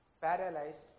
paralyzed